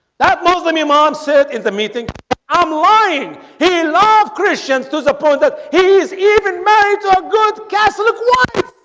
that muslim imam said is the meeting i'm lying he loved christians to suppose that he's even married to a good catholic what